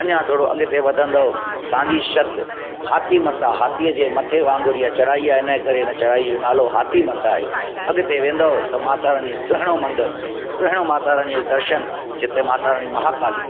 अञां थोरो अॻिते वधंदो असांजी छिति हाथी मथा हाथीअ जे मथे वांगुरु इहा चढ़ाई आहे इन करे इन चढ़ाईअ जो नालो हाथी मथा आहे अॻिते वेंदव त माता रानीअ जो सुहिणो मंदरु सुहिणो माता रानीअ जो दर्शन जिते माता रानी महाकाली